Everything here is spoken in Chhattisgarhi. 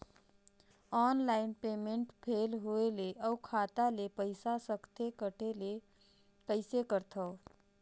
ऑनलाइन पेमेंट फेल होय ले अउ खाता ले पईसा सकथे कटे ले कइसे करथव?